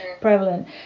prevalent